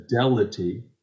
fidelity